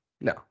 No